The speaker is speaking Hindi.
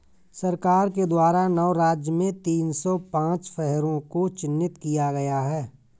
सरकार के द्वारा नौ राज्य में तीन सौ पांच शहरों को चिह्नित किया है